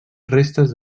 restes